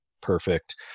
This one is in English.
perfect